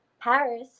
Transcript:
paris